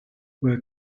were